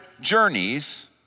journeys